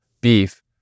beef